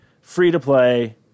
Free-to-play